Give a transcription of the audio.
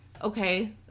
okay